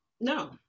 No